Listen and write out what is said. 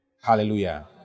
Hallelujah